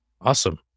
awesome